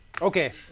Okay